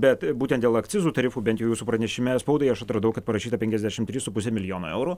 bet būtent dėl akcizų tarifų bent jūsų pranešime spaudai aš atradau kad parašyta penkiasdešimt trys su puse milijono eurų